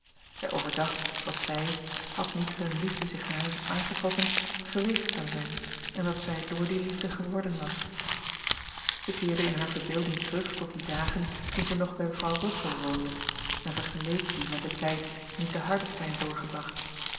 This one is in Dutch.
zij overdacht wat zij had niet hunne liefde zich harer aangetrokken geweest zou zijn en wat zij door die liefde geworden was ij keerde in haar verbeelding terug tot die dagen toen zij nog bij vrouw uffel woonde en vergeleek die met den tijd nu te ardestein doorgebracht